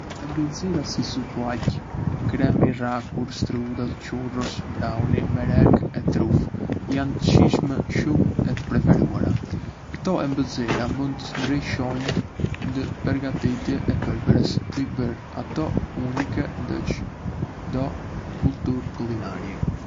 Ëmbëlsira si sufllaqe, krem i rrahur, strudel, churros, brownie, merengë e trufe jandë të shijshme e shumë të preferuara. Ktò ëmbëlsira mund të ndryshojndë ndë përgatitje e përbërës, të i bërë ato unike ndë çdo kulturë kulinarie.